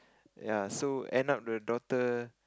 ya so end up the daughter